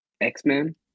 X-Men